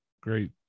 great